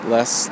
Less